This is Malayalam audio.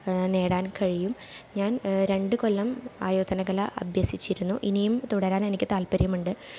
നേടാൻ കഴിയും ഞാൻ രണ്ട് കൊല്ലം ആയോധന കല അഭ്യസിച്ചിരുന്നു ഇനിയും തുടരാൻ എനിക്ക് താത്പര്യമുണ്ട്